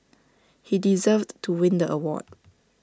he deserved to win the award